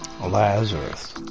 Lazarus